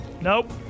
Nope